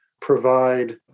provide